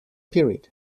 period